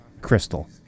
Crystal